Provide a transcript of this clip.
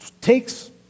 takes